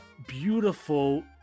beautiful